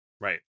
Right